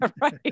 Right